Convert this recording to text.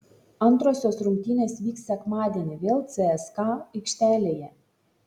antrosios rungtynės vyks sekmadienį vėl cska aikštelėje